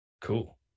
Cool